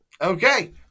Okay